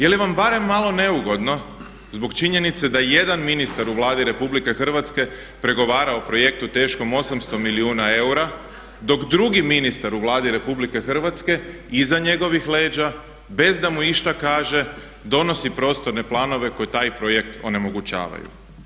Je li vam barem malo neugodno zbog činjenice da je jedan ministar u Vladi RH pregovarao o projektu teškom 800 milijuna eura dok drugi ministar u Vladi RH iza njegovih leđa bez da mu išta kaže donosi prostorne planove koji taj projekt onemogućavaju?